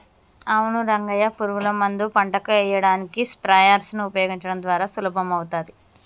అవును రంగయ్య పురుగుల మందు పంటకు ఎయ్యడానికి స్ప్రయెర్స్ నీ ఉపయోగించడం ద్వారా సులభమవుతాది